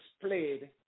played